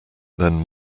then